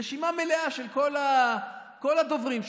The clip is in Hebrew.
רשימה מלאה של כל הדוברים שם.